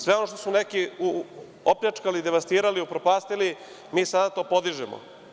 Sve ono što su neke opljačkali i devastirali, upropastili, mi sada to podižemo.